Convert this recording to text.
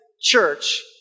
church